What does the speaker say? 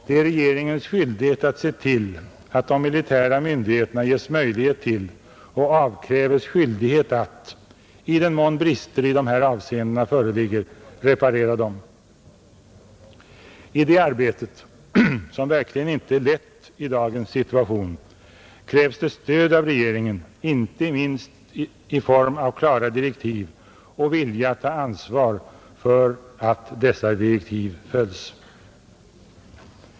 Det är regeringens skyldighet att se till att de militära myndigheterna ges möjlighet till och avkräves skyldighet att, i den mån brister i de här avseendena föreligger, reparera dem. I det arbetet, som verkligen inte är lätt i dagens situation, krävs det stöd av regeringen inte minst i form av klara direktiv och vilja att ta ansvar för att dessa direktiv följs.